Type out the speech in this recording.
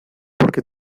porque